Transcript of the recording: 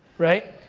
right?